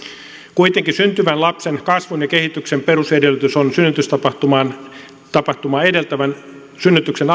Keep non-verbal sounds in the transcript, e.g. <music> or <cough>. kuitenkin syntyvän lapsen kasvun ja kehityksen perusedellytys on synnytystapahtumaa edeltävän synnytyksen <unintelligible>